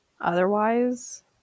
otherwise